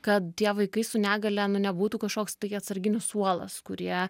kad tie vaikai su negalia nu nebūtų kažkoks tai atsarginių suolas kurie